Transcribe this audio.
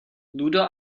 ludo